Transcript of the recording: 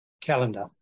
calendar